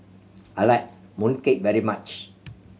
I like mooncake very much